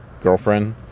girlfriend